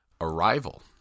arrival